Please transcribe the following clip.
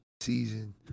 Season